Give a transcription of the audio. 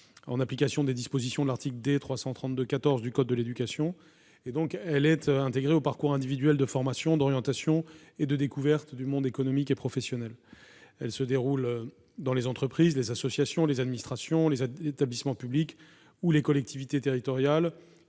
en application des dispositions de l'article D. 332-14 du code de l'éducation. Celle-ci est intégrée au parcours individuel de formation, d'orientation et de découverte du monde économique et professionnel. Elle se déroule dans les entreprises, les associations, les administrations, les établissements publics ou les collectivités territoriales